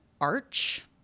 arch